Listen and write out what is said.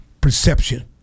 Perception